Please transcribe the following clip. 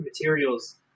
materials